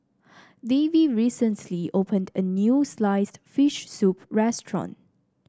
Davey recently opened a new sliced fish soup restaurant